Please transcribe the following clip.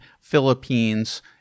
Philippines